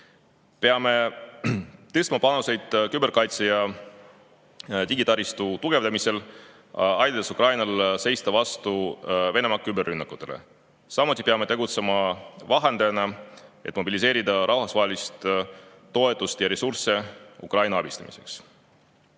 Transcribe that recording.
Peame tõstma panuseid küberkaitse ja digitaristu tugevdamisel, aidates Ukrainal seista vastu Venemaa küberrünnakutele. Samuti peame tegutsema vahendajana, et mobiliseerida rahvusvahelist toetust ja ressursse Ukraina abistamiseks. Kuid